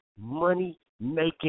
money-making